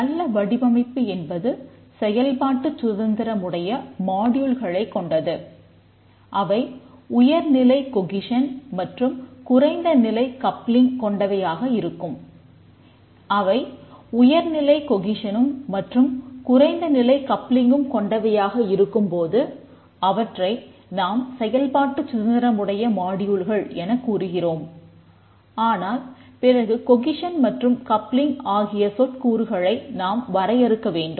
நல்ல வடிவமைப்பு என்பது செயல்பாட்டுச் சுதந்திரத்திரமுடைய மாடியூல்களைக் ஆகிய சொற்கூறுகளை நாம் வரையறுக்க வேண்டும்